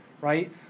right